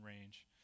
range